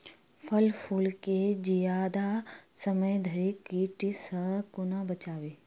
फल फुल केँ जियादा समय धरि कीट सऽ कोना बचाबी?